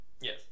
Yes